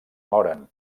moren